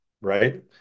right